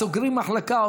סוגרים מחלקה,